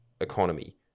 economy